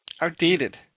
Outdated